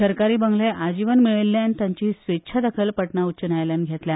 सरकारी बंगले आजीवन मेळयिल्ल्यान ताची स्वेच्छा दखल पटना उच्च न्यायालयान घेतल्या